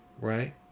right